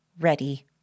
Ready